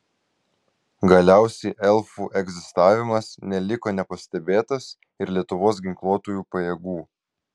galiausiai elfų egzistavimas neliko nepastebėtas ir lietuvos ginkluotųjų pajėgų